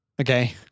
Okay